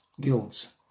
guilds